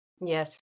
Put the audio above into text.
Yes